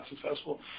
successful